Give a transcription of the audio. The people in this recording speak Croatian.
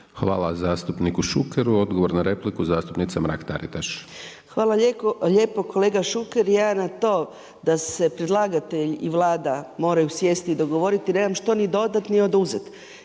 Hvala zastupniku Šukeru. Odgovor na repliku zastupnica Mrak-Taritaš. **Mrak-Taritaš, Anka (Nezavisni)** Hvala lijepo kolega Šuker, ja na to da se predlagatelj i Vlada moraju sjesti i dogovoriti nemam što ni dodati ni oduzeti.